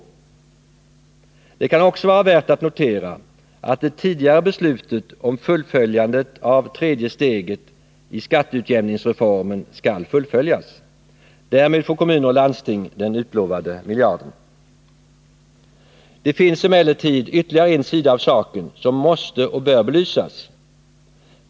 Det kan också vara värt att notera att det tidigare beslutet om fullföljandet av tredje steget i skatteutjämningsreformen skall fullföljas. Därmed får Det finns emellertid ytterligare en sida av saken som måste och bör belysas.